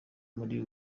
muri